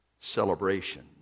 celebration